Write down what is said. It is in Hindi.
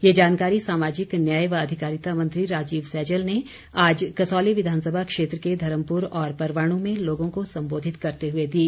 ये जानकारी सामाजिक न्याय व अधिकारिता मंत्री राजीव सैजल ने आज कसौली विधानसभा क्षेत्र के धर्मपुर और परवाणु में लोगों को संबोधित करते हुए दी